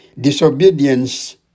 Disobedience